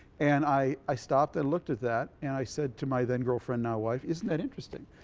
and i i stopped and looked at that and i said to my then girlfriend, now wife, isn't that interesting?